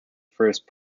first